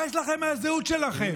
מה יש לכם מהזהות שלכם?